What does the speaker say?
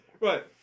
Right